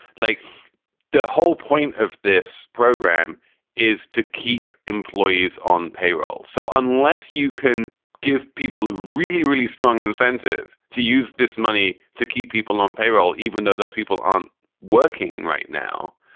like the whole point of this program is to keep employees on payroll. so unless you can give people a really, really strong incentive to use this money to keep people on payroll, even though those people aren't working right now,